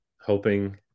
hoping